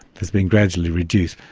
has been gradually reduced.